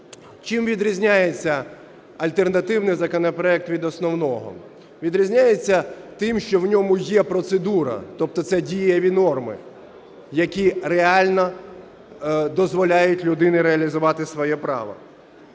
Чим відрізняється альтернативний законопроект від основного? Відрізняється тим, що в ньому є процедура. Тобто це дієві норми, які реально дозволяють людині реалізувати своє право.